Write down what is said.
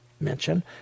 mention